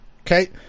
Okay